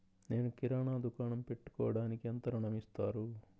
నేను కిరాణా దుకాణం పెట్టుకోడానికి ఎంత ఋణం ఇస్తారు?